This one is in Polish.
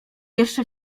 jeszcze